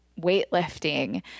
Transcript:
weightlifting